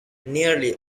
nearly